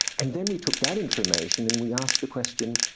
and then we took that information and we asked the question,